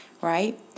right